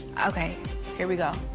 okay here we go,